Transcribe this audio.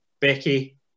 Becky